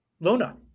Luna